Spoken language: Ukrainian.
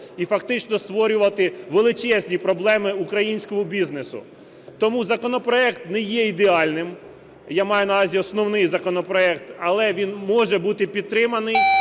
і фактично створювати величезні проблеми українському бізнесу. Тому законопроект не є ідеальним, я маю на увазі основний законопроект, але він може бути підтриманий,